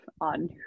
on